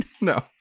No